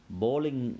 bowling